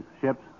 ships